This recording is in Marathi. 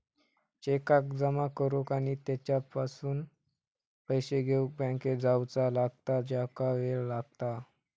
चेकाक जमा करुक आणि त्यापासून पैशे घेउक बँकेत जावचा लागता ज्याका वेळ लागता